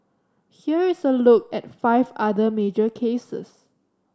here is a look at five other major cases